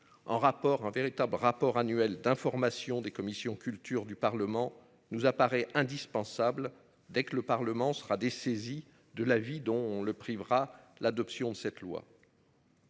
un véritables rapport annuel d'information des commissions culture du Parlement nous apparaît indispensable dès que le Parlement sera dessaisi de la vie dont le privera l'adoption de cette loi.